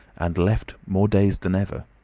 and left more dazed than ever.